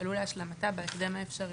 יפעלו להשלמתה בהקדם האפשרי.